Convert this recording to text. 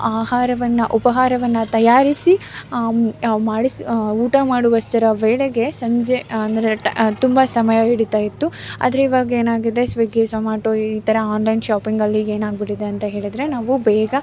ಆಹಾರವನ್ನು ಉಪಹಾರವನ್ನು ತಯಾರಿಸಿ ಮಾಡಿಸಿ ಊಟ ಮಾಡುವಷ್ಟರ ವೇಳೆಗೆ ಸಂಜೆ ಅಂದರೆ ಟಾ ತುಂಬ ಸಮಯ ಹಿಡಿತಾಯಿತ್ತು ಆದ್ರೆ ಈವಾಗ ಏನಾಗಿದೆ ಸ್ವಿಗ್ಗಿ ಝೊಮ್ಯಾಟೊ ಈ ಥರ ಆನ್ಲೈನ್ ಶಾಪಿಂಗಲ್ಲಿ ಈಗ ಏನಾಗಿಬಿಟ್ಟಿದೆ ಅಂತ ಹೇಳಿದರೆ ನಾವು ಬೇಗ